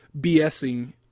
BSing